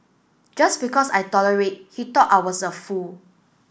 just because I tolerate he thought I was a fool